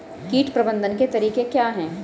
कीट प्रबंधन के तरीके क्या हैं?